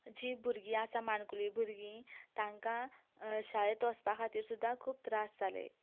जी भुरगीं आसा माणकुलीं भुरगीं तांकां शाळेंत वचपा खातीर सुद्दां खूब त्रास जालें